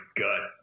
gut